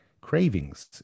cravings